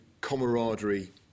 camaraderie